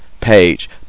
Page